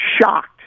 shocked